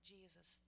Jesus